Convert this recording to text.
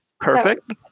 perfect